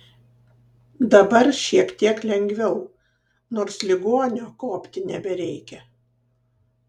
dabar šiek tiek lengviau nors ligonio kuopti nebereikia